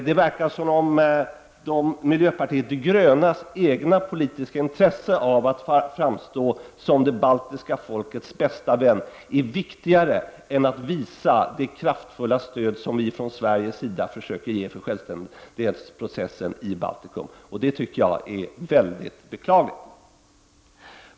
Det verkar som om miljöpartiet de grönas eget politiska intresse av att framstå som de baltiska folkens bästa vän är viktigare än att visa det kraftfulla stöd som vi från Sverige försöker ge självständighetsprocessen i Baltikum. Det tycker jag är väldigt beklagligt.